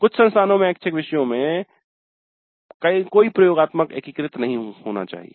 कुछ संस्थानों में ऐच्छिक विषयों में कोई प्रयोगात्मक कार्य एकीकृत नहीं होना चाहिए